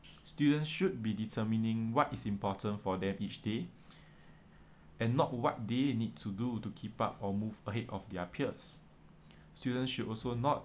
students should be determining what is important for them each day and not what they need to do to keep up or move ahead of their peers students should also not